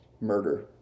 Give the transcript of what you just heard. murder